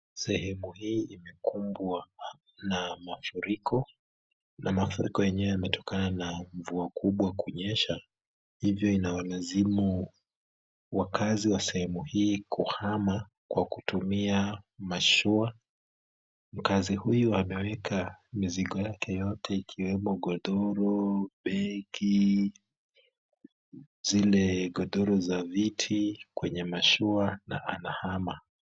Sehemu hii imekumbwa na mafuriko, na mafuriko yenyewe yametokana na mvua kubwa kunyesha hivyo inawalazimu wakazi wa sehemu hii kuhama kwa kutumia mashua, mkazi huyu ameweka mizigo yake yote ikiwemo godoro, begi, zile godoro za viti kwenye mashua na anahama.